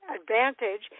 advantage